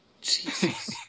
Jesus